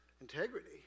Integrity